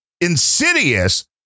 insidious